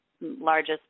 largest